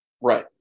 Right